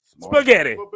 Spaghetti